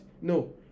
No